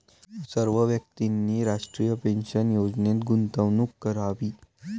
सर्व व्यक्तींनी राष्ट्रीय पेन्शन योजनेत गुंतवणूक करावी